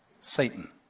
Satan